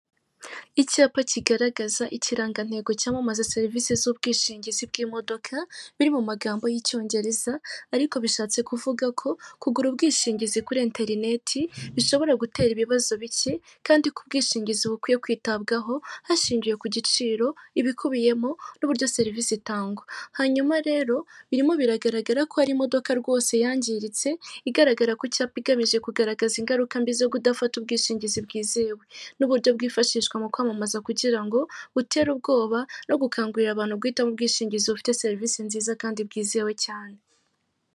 Icyapa kigaragaza ikirangantego cyamamaza serivisi z'ubwishingizi bw'imodoka, biri mu magambo y'icyongereza ariko bishatse kuvuga ko kugura ubwishingizi kuri interineti bishobora gutera ibibazo bike kandi ko ubwishingizi bukwiye kwitabwaho hashingiwe ku giciro ibikubiyemo n'uburyo serivisi itangwa. Hanyuma rero birimo biragaragara ko hari imodoka rwose yangiritse igaragara ku cyapa igamije kugaragaza ingaruka mbi zo kudafata ubwishingizi bwizewe, n'uburyo bwifashishwa mu kwamamaza kugira ngo butere ubwoba no gukangurira abantu guhitamo ubwishingizi bufite serivisi nziza kandi bwizewe cyane.